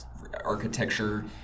architecture